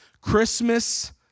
Christmas